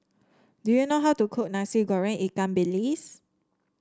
do you know how to cook Nasi Goreng Ikan Bilis